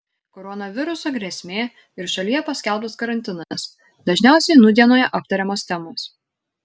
koronaviruso grėsmė ir šalyje paskelbtas karantinas dažniausiai nūdienoje aptariamos temos